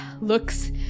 looks